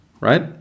right